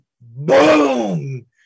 Boom